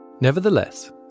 Nevertheless